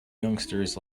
youngsters